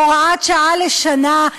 הוראת שעה לשנה,